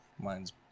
mine's